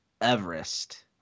Everest